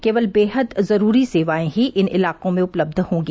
केवल बेहद जरूरी सेवाएं ही इन इलाकों में उपलब्ध होंगी